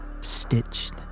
stitched